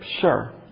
Sure